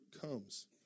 comes